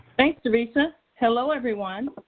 thanks, doresa. hello, everyone.